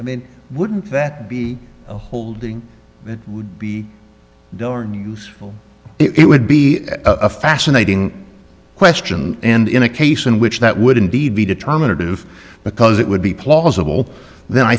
i mean wouldn't that be holding it would be darn useful it would be a fascinating question and in a case in which that would indeed be determinative because it would be plausible then i